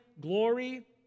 glory